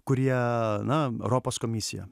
kurie na europos komisija